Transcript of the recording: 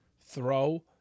throw